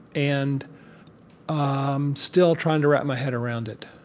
and i'm still trying to wrap my head around it.